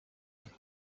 sight